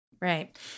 Right